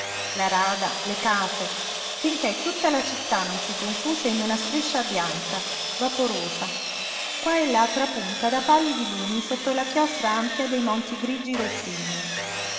la rada le case finché tutta la città non si confuse in una striscia bianca vaporosa qua e là trapunta da pallidi lumi sotto la chiostra ampia dei monti grigi rossigni